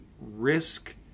risk